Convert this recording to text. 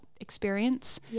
experience